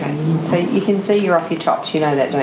can see you're off your chops, you know